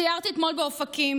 סיירתי אתמול באופקים,